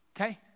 Okay